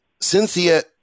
Cynthia